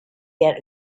yet